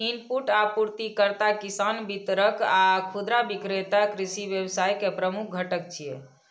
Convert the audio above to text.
input आपूर्तिकर्ता, किसान, वितरक आ खुदरा विक्रेता कृषि व्यवसाय के प्रमुख घटक छियै